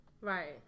Right